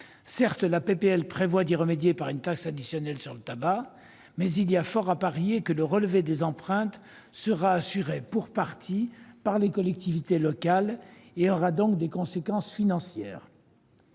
Certes, le texte prévoit d'y remédier par une taxe additionnelle sur le tabac ; mais il y a fort à parier que le relevé des empreintes sera assuré pour partie par les collectivités territoriales, avec des conséquences financières